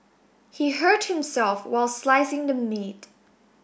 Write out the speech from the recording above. he hurt himself while slicing the meat